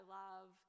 love